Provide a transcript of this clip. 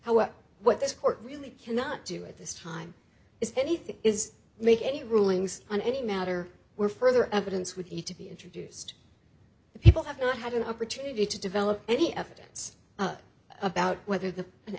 court really cannot do at this time is anything is make any rulings on any matter were further evidence would need to be introduced people have not had an opportunity to develop any evidence about whether the an